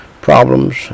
problems